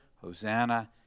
Hosanna